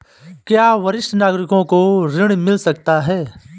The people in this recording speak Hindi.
क्या वरिष्ठ नागरिकों को ऋण मिल सकता है?